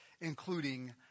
including